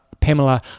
Pamela